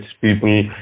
people